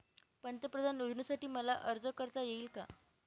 पंतप्रधान योजनेसाठी मला अर्ज करता येईल का?